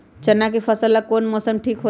चाना के फसल ला कौन मौसम ठीक होला?